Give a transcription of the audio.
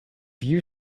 view